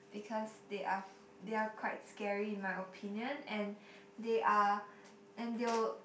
because they are they are quite scary in my opinion and they are and they'll